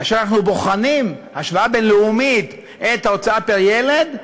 כאשר אנחנו בוחנים בהשוואה בין-לאומית את ההוצאה פר-ילד,